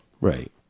Right